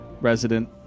resident